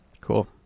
Cool